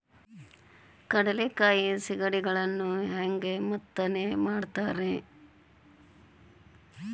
ಕಡಲೆಕಾಯಿ ಸಿಗಡಿಗಳನ್ನು ಹ್ಯಾಂಗ ಮೆತ್ತನೆ ಮಾಡ್ತಾರ ರೇ?